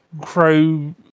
Crow